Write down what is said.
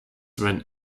when